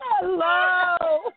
Hello